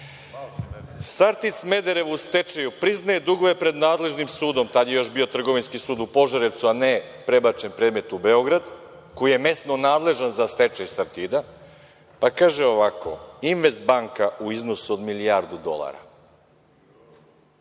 Smederevu u stečaju priznaje dugove pred nadležnim sudom, tada je još bio trgovinski sud u Požarevcu, a ne prebačen predmet u Beograd, koji je mesno nadležan za stečaj „Sartida“, pa kaže ovako – „Investbanka“ u iznosu od milijardu dolara.